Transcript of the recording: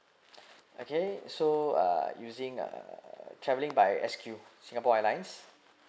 okay so uh using uh travelling by S_Q singapore airlines